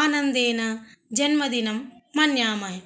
आनन्देन जन्मदिनं मन्यामहे